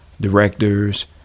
directors